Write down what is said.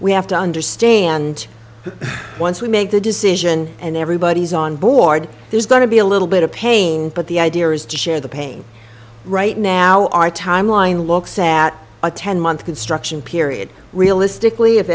we have to understand once we make the decision and everybody's on board there's going to be a little bit of pain but the idea is to share the pain right now our timeline looks at a ten month construction period realistically if